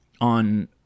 on